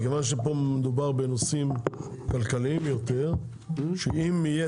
מכיוון שפה מדובר בנושאים כלכליים יותר שאם תהיה